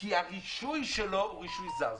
כי הרישוי שלו הוא רישוי זר.